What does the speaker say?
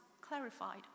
clarified